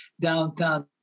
Downtown